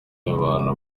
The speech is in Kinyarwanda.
y’abantu